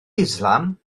islam